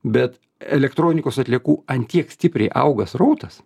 bet elektronikos atliekų ant tiek stipriai auga srautas